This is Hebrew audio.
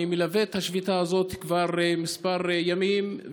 אני מלווה את השביתה הזאת כבר כמה ימים.